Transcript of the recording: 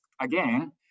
again